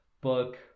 book